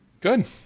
Good